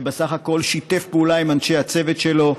שבסך הכול שיתף פעולה עם אנשי הצוות שלו,